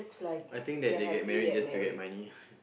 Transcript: I think that they get married just to get money